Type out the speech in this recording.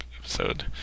episode